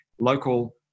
local